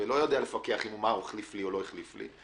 ולא יודע לפקח מה החליף לי או לא החליף לי,